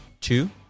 two